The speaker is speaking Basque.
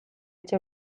etxe